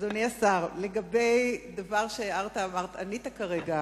אדוני השר, לגבי מה שענית כרגע.